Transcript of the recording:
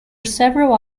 several